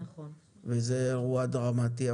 זה אירוע דרמטי.